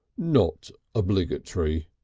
not obligatory,